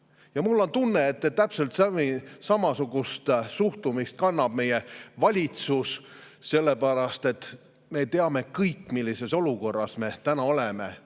Ja mul on tunne, et täpselt samasugust suhtumist kannab meie valitsus, sellepärast et me teame kõik, millises olukorras me täna oleme.